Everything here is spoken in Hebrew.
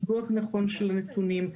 ניתוח נכון של נתונים,